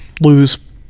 lose